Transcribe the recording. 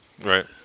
Right